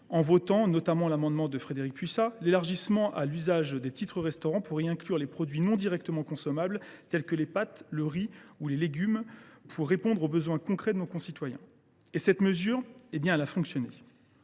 en votant, notamment sur l’initiative de Frédérique Puissat, l’élargissement de l’usage des titres restaurant permettant d’y inclure des produits non directement consommables, tels que les pâtes, le riz ou les légumes, pour répondre aux besoins concrets de nos concitoyens. Cette mesure a fonctionné.